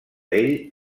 ell